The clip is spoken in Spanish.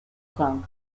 kong